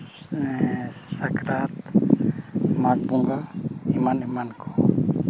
ᱥᱟᱠᱨᱟᱛ ᱢᱟᱜᱷ ᱵᱚᱸᱜᱟ ᱮᱢᱟᱱ ᱮᱢᱟᱱ ᱠᱚ